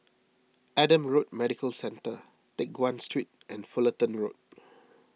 Adam Road Medical Centre Teck Guan Street and Fullerton Road